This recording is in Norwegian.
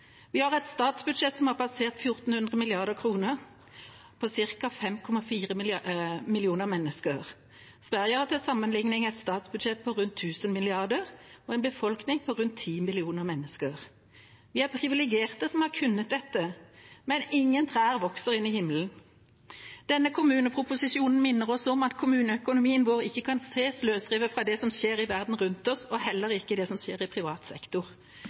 Vi har et statsbudsjett som har passert 1 400 mrd. kr, på ca. 5,4 millioner mennesker. Sverige har til sammenligning et statsbudsjett på rundt 1 000 mrd. kr og en befolkning på rundt 10 millioner mennesker. Vi er privilegerte som har kunnet gjøre dette, men ingen trær vokser inn i himmelen. Denne kommuneproposisjonen minner oss om at kommuneøkonomien vår ikke kan ses løsrevet fra det som skjer i verden rundt oss, og heller ikke fra det som skjer i privat sektor.